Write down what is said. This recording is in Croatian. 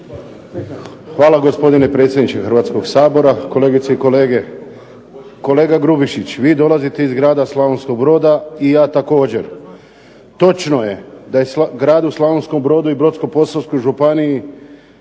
Hvala gospodine predsjedniče Hrvatskoga sabora, kolegice i kolege. Kolega Grubišić vi dolazite iz grada Slavonskog Broda i ja također. Točno je da je gradu Slavonskom Brodu i Brodsko-posavskoj županiji